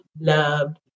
loved